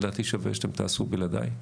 לדעתי שווה שאתן תעשו בלעדיי,